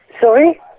Sorry